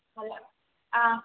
hello ആ